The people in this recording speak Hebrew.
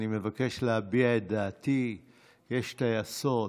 אני מבקש להביע את דעתי: יש טייסות,